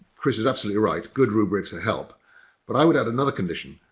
chris is absolutely right good rubrics help but i would add another condition.